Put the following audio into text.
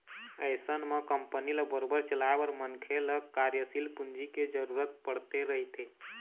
अइसन म कंपनी ल बरोबर चलाए बर मनखे ल कार्यसील पूंजी के जरुरत पड़ते रहिथे